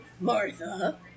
Martha